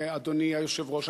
אדוני היושב-ראש.